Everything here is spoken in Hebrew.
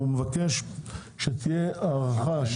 הוא מבקש שתהיה הארכה,